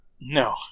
No